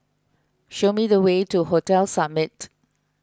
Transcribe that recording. show me the way to Hotel Summit